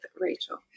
Rachel